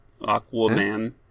Aquaman